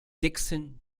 dickson